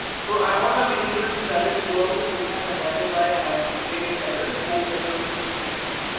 so i want my variable to be valid through the program, and that is why i have declared it as the scope level of sequence.